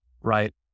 right